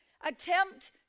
Attempt